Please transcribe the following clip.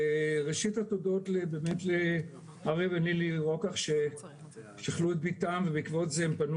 ראשית התודות באמת לאריה ונילי רוקח ששכלו את בתם ובעקבות זה הם פנו